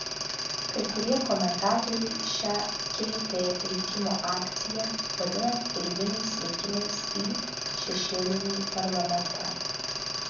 kai kurie komentatoriai šią kt rinkimų akciją vadina pirminiais rinkimais į šešėlinį parlamentą